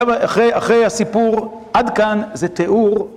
אחרי הסיפור עד כאן זה תיאור.